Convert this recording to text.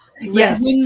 Yes